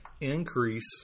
increase